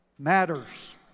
matters